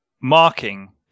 Marking